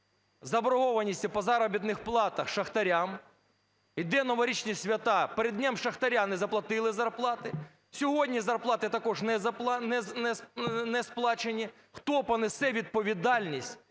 заборгованості по заробітних платах шахтарям, йдуть новорічні свята, перед Днем шахтаря не заплатили зарплати, сьогодні зарплати також не сплачені, хто понесе відповідальність